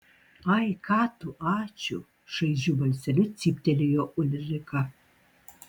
ai ką tu ačiū šaižiu balseliu cyptelėjo ulrika